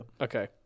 Okay